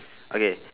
okay